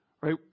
right